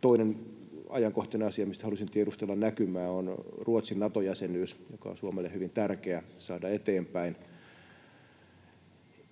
Toinen ajankohtainen asia, mistä halusin tiedustella näkymää, on Ruotsin Nato-jäsenyys, joka on Suomelle hyvin tärkeä saada eteenpäin.